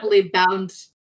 bound